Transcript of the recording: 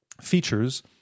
features